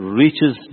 reaches